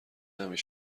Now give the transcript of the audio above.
نمی